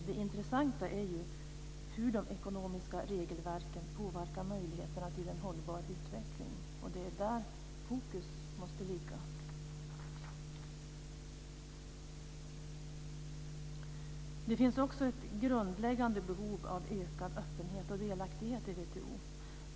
Det intressanta är hur de ekonomiska regelverken påverkar möjligheterna till en hållbar utveckling. Det är där fokus måste ligga. Det finns också ett grundläggande behov av ökad öppenhet och delaktighet i WTO.